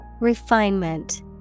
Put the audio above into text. Refinement